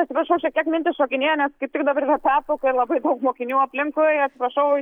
atsiprašau šiek tiek mintys šokinėja nes kaip tik dabar yra pertrauka labai daug mokinių aplinkui atsiprašau